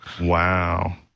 wow